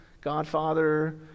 Godfather